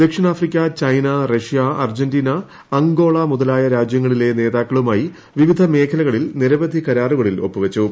ദക്ഷിണാഫ്രിക്ക China Russia Argentina Angola മുതലായ രാജ്യങ്ങളിലെ നേതാക്കളുമായി വിവിധ മേഖലകളിൽ നിരവധി കരാറുകളിൽ ഒപ്പുവച്ചു